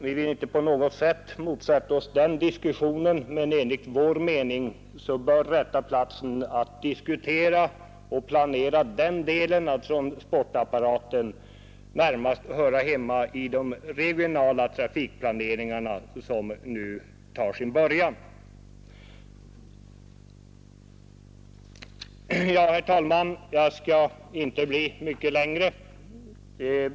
Vi vill inte på något sätt motsätta oss diskussion härom, men enligt vår mening bör rätta platsen att diskutera och planera den delen av transportapparaten närmast vara de regionala trafikplaneringarna som nu tar sin början. Herr talman! Jag skall inte uppehålla kammaren mycket längre.